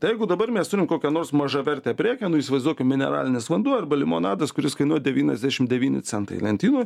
tai jeigu dabar mes turim kokią nors mažavertę prekę nu įsivaizduokim mineralinis vanduo arba limonadas kuris kainuoja devyniasdešim devyni centai lentynoj